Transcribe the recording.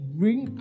bring